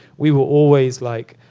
we were always like,